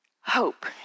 Hope